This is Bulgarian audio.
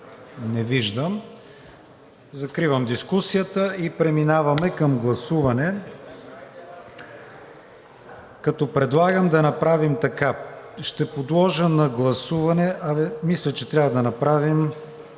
Не виждам. Закривам дискусията. Преминаваме към гласуване, като предлагам да направим така – ще подложа на гласуване, мисля, че трябва да направим